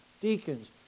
deacons